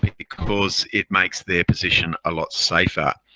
because it makes their position a lot safer.